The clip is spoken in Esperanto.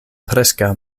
preskaŭ